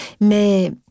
Mais